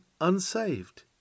unsaved